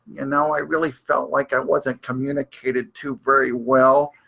and know, i really felt like i wasn't communicated to very well.